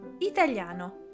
italiano